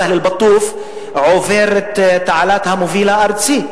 "סהל בטוף" עוברת תעלת המוביל הארצי,